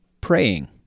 praying